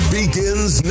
begins